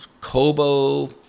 Kobo